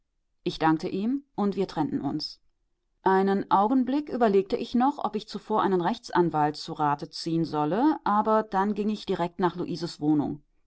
ich dankte ihm und wir trennten uns einen augenblick überlegte ich noch ob ich zuvor einen rechtsanwalt zu rate ziehen solle aber dann ging ich direkt nach luises wohnung